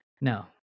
No